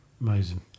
amazing